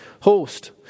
host